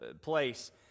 place